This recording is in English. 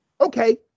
okay